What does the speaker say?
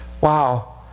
Wow